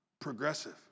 progressive